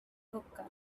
hookah